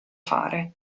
fare